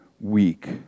week